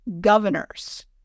governors